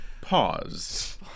Pause